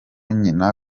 nyina